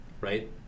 right